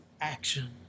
action